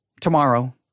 tomorrow